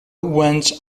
went